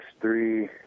three